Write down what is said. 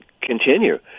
continue